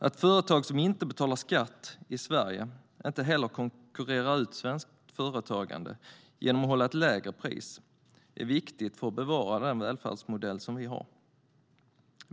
Att företag som inte betalar skatt i Sverige inte heller konkurrerar ut svenskt företagande genom att hålla ett lägre pris är viktigt för att bevara den välfärdsmodell som vi har.